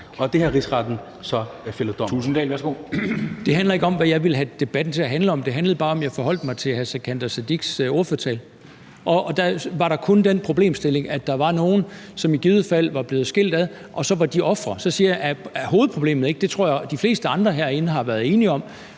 Kristian Thulesen Dahl, værsgo. Kl. 16:01 Kristian Thulesen Dahl (DF): Det handler ikke om, hvad jeg vil have debatten til at handle om. Det handler bare om, at jeg forholdt mig til hr. Sikandar Siddiques ordførertale, og dér var der kun den problemstilling, at der var nogen, som i givet fald var blevet skilt ad, og at så var de ofre. Så siger jeg, og det tror jeg de fleste andre herinde har været enige om,